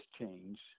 change